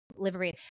Livery